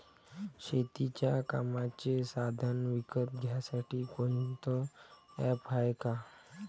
शेतीच्या कामाचे साधनं विकत घ्यासाठी कोनतं ॲप हाये का?